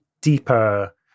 deeper